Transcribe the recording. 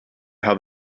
how